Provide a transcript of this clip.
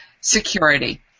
security